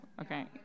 Okay